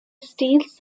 steals